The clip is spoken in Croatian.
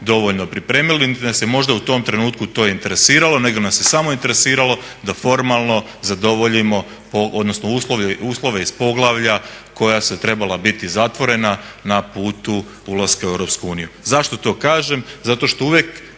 dovoljno pripremili, niti nas je možda u tom trenutku to interesiralo, nego nas je samo interesiralo da formalno zadovoljimo, odnosno uslove iz poglavlja koja su trebala biti zatvorena na putu ulaska u EU. Zašto to kažem? Zato što uvek